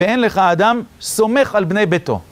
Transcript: ואין לך אדם סומך על בני ביתו.